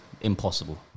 Impossible